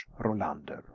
Rolander